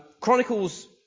Chronicles